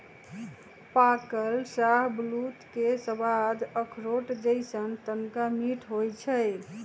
पाकल शाहबलूत के सवाद अखरोट जइसन्न तनका मीठ होइ छइ